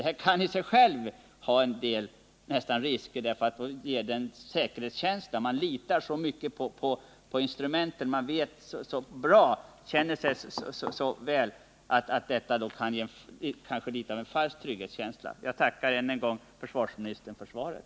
Detta kan emellertid också medföra vissa risker, eftersom det inger en säkerhetskänsla — man litar på instrumenten, och detta kan ge en falsk trygghetskänsla. Jag tackar än en gång försvarsministern för svaret.